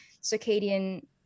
circadian